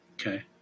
Okay